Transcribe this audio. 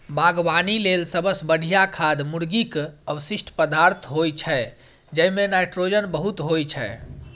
बागवानी लेल सबसं बढ़िया खाद मुर्गीक अवशिष्ट पदार्थ होइ छै, जइमे नाइट्रोजन बहुत होइ छै